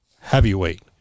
heavyweight